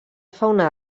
fauna